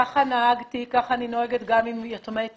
ככה נהגתי וככה אני נוהגת גם עם יתומי צה"ל,